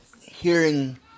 hearing